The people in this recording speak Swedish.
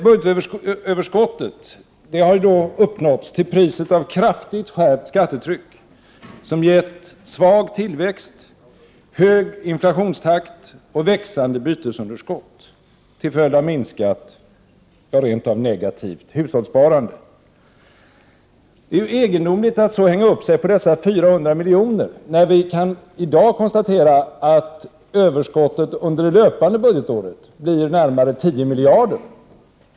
Budgetöverskottet har ju uppnåtts till priset av ett kraftigt skärpt skattetryck som givit svag tillväxt, hög inflationstakt och ett växande bytesunderskott till följd av minskat, ja rent av negativt hushållssparande. Det ter sig egendomligt att så hänga upp sig på dessa 400 milj.kr., när vi i dag kan konstatera att överskottet under det löpande budgetåret blir närmare 10 miljarder.